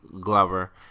Glover